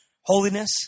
Holiness